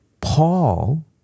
Paul